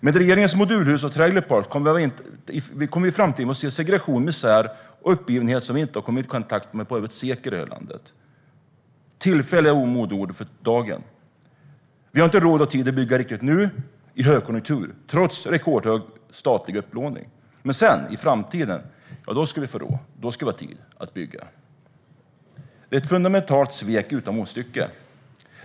Med regeringens modulhus och trailer parks kommer vi i framtiden att få se en segregation, misär och uppgivenhet som vi i detta land inte har kommit i kontakt med på över ett sekel. Tillfälliga är modeordet för dagen. Vi har inte råd och tid att bygga riktiga bostäder nu, i högkonjunktur, trots rekordhög statlig upplåning. Men sedan, i framtiden, ska vi få råd. Då ska vi ha tid att bygga. Detta är ett fundamentalt svek utan motstycke.